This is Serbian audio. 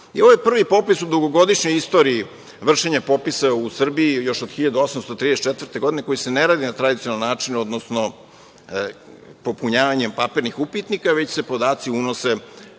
je prvi popis u dugogodišnjoj istoriji vršenja popisa u Srbiji još od 1834. godine i koji se ne radi na tradicionalan način, odnosno popunjavanjem papirnih upitnika, već se podaci unose